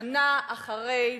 שנה אחרי,